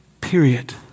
period